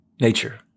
Nature